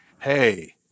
hey